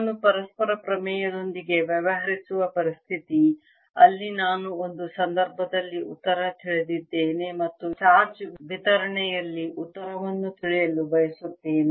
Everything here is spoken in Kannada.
ನಾನು ಪರಸ್ಪರ ಪ್ರಮೇಯದೊಂದಿಗೆ ವ್ಯವಹರಿಸುವ ಪರಿಸ್ಥಿತಿ ಅಲ್ಲಿ ನಾನು ಒಂದು ಸಂದರ್ಭದಲ್ಲಿ ಉತ್ತರವನ್ನು ತಿಳಿದಿದ್ದೇನೆ ಮತ್ತು ಇತರ ಚಾರ್ಜ್ ವಿತರಣೆಯಲ್ಲಿ ಉತ್ತರವನ್ನು ತಿಳಿಯಲು ಬಯಸುತ್ತೇನೆ